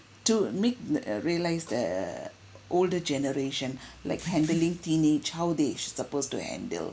to make the uh realise the older generation like handling teenage how they suppose to handle